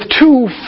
two